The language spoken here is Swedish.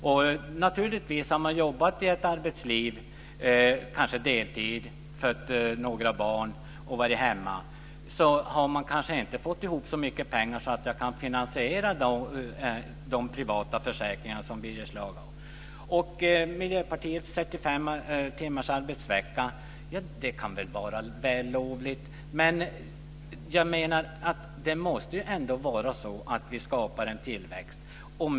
De som har varit ute i arbetslivet, jobbat deltid, fött några barn och varit hemma kanske inte har fått ihop så mycket pengar att de kan finansiera de privata försäkringar som Birger Schlaug talar om. Miljöpartiets 35 timmars arbetsvecka kan vara vällovlig, men vi måste ändå skapa tillväxt.